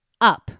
up